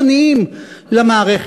הם לא חיצוניים למערכת.